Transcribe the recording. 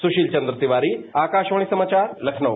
सुशील चंद्र तिवारी आकाशवाणी समाचार लखनऊ